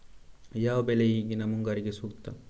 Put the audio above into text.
ಯಾವ ಬೆಳೆ ಈಗಿನ ಮುಂಗಾರಿಗೆ ಸೂಕ್ತ?